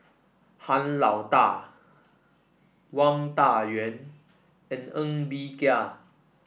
Han Lao Da Wang Dayuan and Ng Bee Kia